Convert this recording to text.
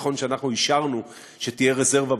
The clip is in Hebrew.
נכון שאנחנו אישרנו שתהיה רזרבה בתקציב,